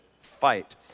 fight